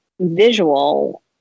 visual